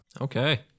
Okay